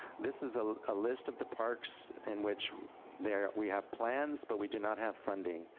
this is a ah list of the parks in which there we have plans, but we do not have funding,